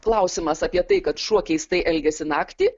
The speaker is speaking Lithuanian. klausimas apie tai kad šuo keistai elgiasi naktį